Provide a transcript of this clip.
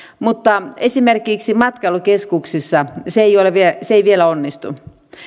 mutta esimerkiksi matkailukeskuksissa se ei vielä onnistu